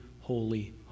holy